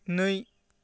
नै